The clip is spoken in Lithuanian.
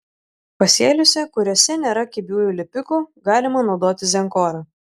pasėliuose kuriuose nėra kibiųjų lipikų galima naudoti zenkorą